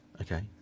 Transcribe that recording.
Okay